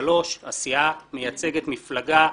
3. הסיעה מייצגת מפלגה,